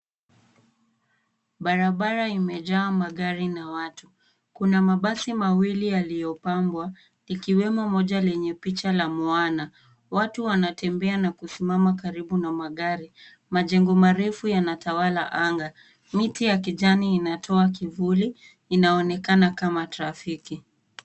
Barabara imejaa magari na watu. Kuna mabasi mawili yaliyopambwa ikiwemo moja lenye picha la Moana. Watu wanatembea na kusimama karibu na magari. Majengo marefu yanatawala anga. Miti ya kijani inatoa kivuli. Inaonekana kama trafiki.